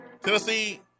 Tennessee